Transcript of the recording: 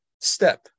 step